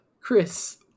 Chris